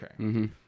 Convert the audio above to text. okay